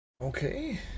Okay